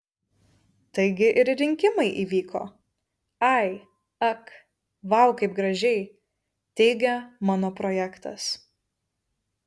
taigi ir rinkimai įvyko ai ak vau kaip gražiai teigia mano projektas